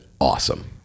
awesome